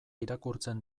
irakurtzen